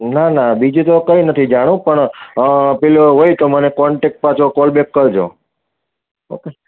ના ના બીજું તો કંઈ નથી જાણવું પણ પેલો હોય તો મને કોન્ટેક પાછો કોલ બેક કરજો ઓકે